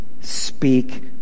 speak